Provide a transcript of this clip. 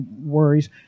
worries